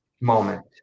moment